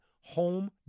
home